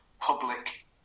public